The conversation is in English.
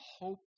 hope